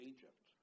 Egypt